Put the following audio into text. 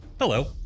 hello